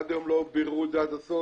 עד היום לא ביררו את זה עד הסוף.